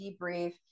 debrief